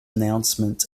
announcement